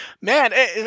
man